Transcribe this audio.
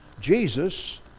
Jesus